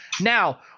Now